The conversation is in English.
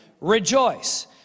rejoice